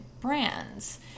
brands